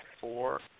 four